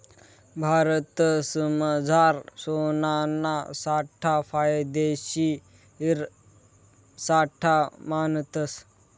भारतमझार सोनाना साठा फायदेशीर साठा मानतस